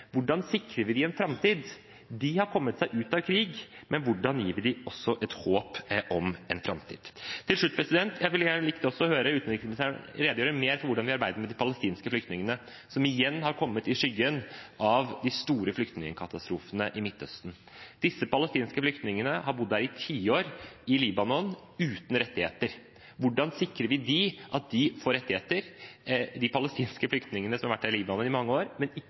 hvordan sikrer vi dem en framtid? De har kommet seg ut av krig, men hvordan gir vi dem også et håp om en framtid? Til slutt: Jeg ville gjerne likt å høre utenriksministeren redegjøre mer for hvordan de arbeider med de palestinske flyktningene, som igjen har kommet i skyggen av de store flyktningkatastrofene i Midtøsten. Disse palestinske flyktningene har bodd i tiår i Libanon uten rettigheter. Hvordan sikrer vi at de får rettigheter – både de palestinske flyktningene som har vært i Libanon i mange år,